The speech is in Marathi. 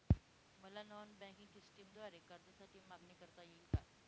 मला नॉन बँकिंग सिस्टमद्वारे कर्जासाठी मागणी करता येईल का?